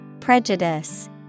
Prejudice